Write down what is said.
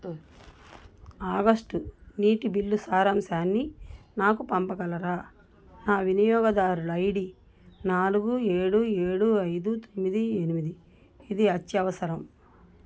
August నీటి బిల్లు సారాంశాన్ని నాకు పంపగలరా నా వినియోగదారుల ఐడీ నాలుగు ఏడు ఏడు ఐదు తొమ్మిది ఎనిమిది ఇది అత్యవసరం